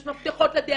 יש מפתחות לאנשים.